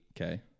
okay